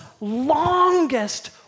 longest